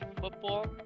football